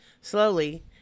Slowly